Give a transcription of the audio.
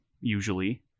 usually